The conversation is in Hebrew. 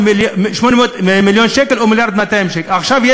פתאום יש